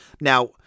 Now